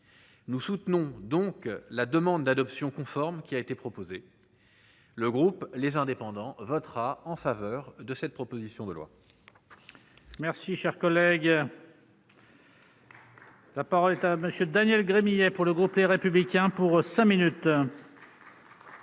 nous soutenons donc la demande d'adoption conforme qui a été proposé le groupe les indépendants votera en faveur de cette proposition de loi